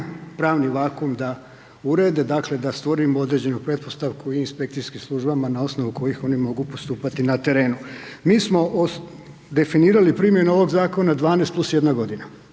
pravni vakum da urede, dakle, da stvorimo određenu pretpostavku u inspekcijskim službama na osnovu kojih oni mogu postupati na terenu. Mi smo definirali primjenu ovog Zakona 12 + jedna godina.